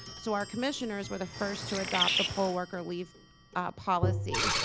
so our commissioners were the first to adopt the poll worker leave policy,